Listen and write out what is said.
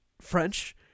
French